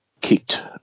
Kicked